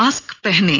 mask पहनें